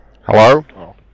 Hello